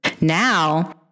now